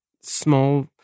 small